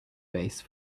base